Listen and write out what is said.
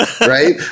right